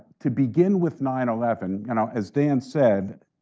to begin with nine eleven, and as dan said,